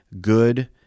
good